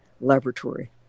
laboratory